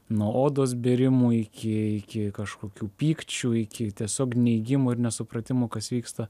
nuo odos bėrimų iki iki kažkokių pykčių iki tiesiog neigimo ir nesupratimo kas vyksta